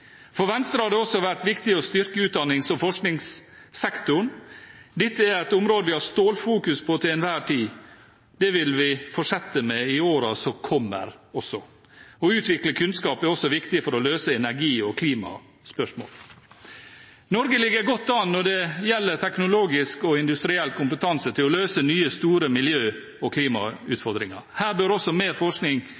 For Venstre har det også vært viktig å styrke utdannings- og forskningssektoren. Dette er et område vi har stålfokus på til enhver tid. Det vil vi fortsette med i årene som kommer også. Å utvikle kunnskap er også viktig for å løse energi- og klimaspørsmål. Norge ligger godt an når det gjelder teknologisk og industriell kompetanse til å løse nye, store miljø- og